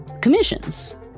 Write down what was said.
commissions